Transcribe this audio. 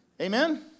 Amen